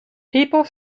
people